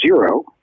zero